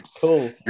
Cool